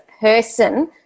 person